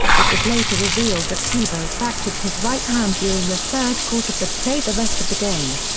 it was later revealed that tebow fractured his right hand during the third quarter but played the rest of the game.